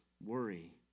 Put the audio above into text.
worry